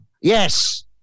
Yes